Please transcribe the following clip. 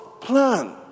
plan